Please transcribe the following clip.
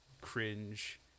cringe